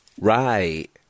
Right